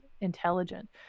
intelligent